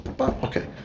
okay